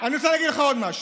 אני רוצה להגיד לך עוד משהו.